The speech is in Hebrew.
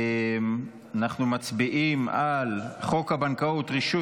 אנחנו מצביעים על הצעת חוק הבנקאות (רישוי)